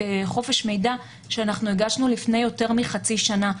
חופש מידע שאנחנו הגשנו לפני יותר מחצי שנה.